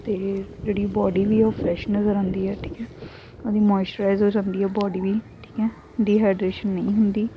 ਅਤੇ ਜਿਹੜੀ ਬਾਡੀ ਵੀ ਉਹ ਫਰੈਸ਼ ਨਜ਼ਰ ਆਉਂਦੀ ਹੈ ਠੀਕ ਹੈ ਉਹ ਵੀ ਮੋਇਸਰਾਇਜ ਹੋ ਜਾਂਦੀ ਹੈ ਬਾਡੀ ਵੀ ਠੀਕ ਹੈ ਡੀਹੈਡਰੇਸ਼ਨ ਨਹੀਂ ਹੁੰਦੀ